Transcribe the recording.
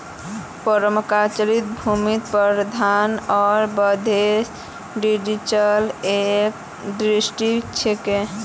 permaculture भूमि प्रबंधन आर बंदोबस्त डिजाइनेर एक दृष्टिकोण छिके